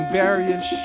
various